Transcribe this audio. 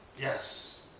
Yes